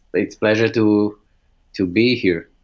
a pleasure to to be here